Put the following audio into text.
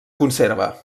conserva